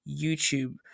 YouTube